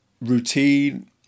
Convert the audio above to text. routine